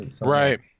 Right